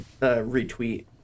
retweet